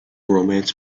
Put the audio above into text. romance